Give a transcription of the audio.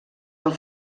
del